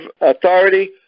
authority